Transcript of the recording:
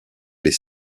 les